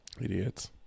Idiots